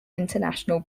international